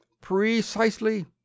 Precisely